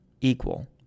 equal